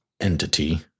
entity